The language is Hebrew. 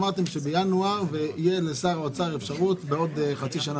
אמרתם בינואר ושתהיה לשר האוצר אפשרות בעוד חצי שנה.